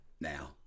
now